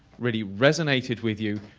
really resonated with you,